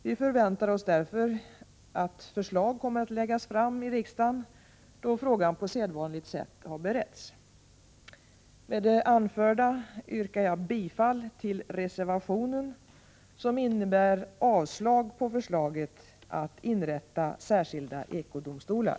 Vi förväntar oss därför att förslag kommer att läggas fram i riksdagen då frågan på sedvanligt sätt har beretts. Med det anförda yrkar jag bifall till reservationen, som innebär avslag på förslaget att inrätta särskilda ekodomstolar.